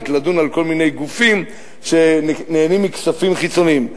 לדון על כל מיני גופים שנהנים מכספים חיצוניים.